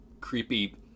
creepy